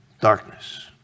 darkness